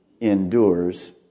endures